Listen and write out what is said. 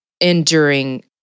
enduring